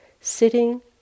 Sitting